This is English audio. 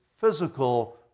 physical